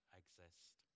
exist